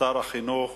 שר החינוך,